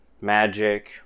magic